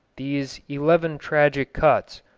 these eleven tragic cuts,